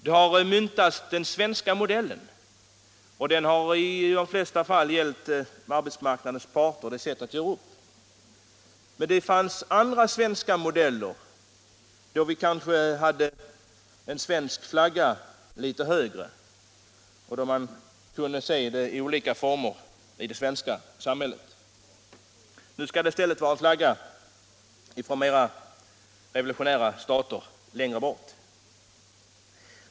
Det har myntats uttrycket den svenska modellen, och den har i de flesta fall gällt ärbetsmarknadens parters sätt att göra upp. Men det har också funnits andra svenska modeller, då den svenska flaggan kanske stod litet högre. Nu skall det i stället vara flaggor från mer revolutionära stater längre bort.